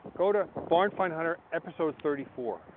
go to barn find hunter episode thirty four.